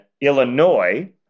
Illinois